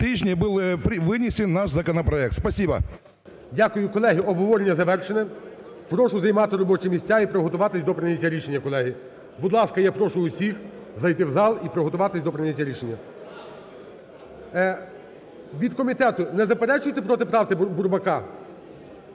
тижні был вынесен наш законопроект. Спасибо. ГОЛОВУЮЧИЙ. Дякую. Колеги, обговорення завершено. Прошу займати робочі місця і приготуватись до прийняття рішення, колеги. Будь ласка, я прошу усіх зайти в зал і приготуватись до прийняття рішення. Від комітету: не заперечуєте проти правки Бурбака?